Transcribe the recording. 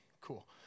cool